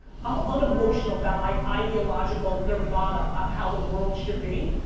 i'm unemotional about my ideological nirvana, of how the world should be.